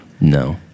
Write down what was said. No